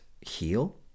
heal